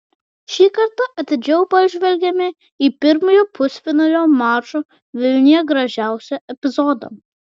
šį kartą atidžiau pažvelgėme į pirmojo pusfinalio mačo vilniuje gražiausią epizodą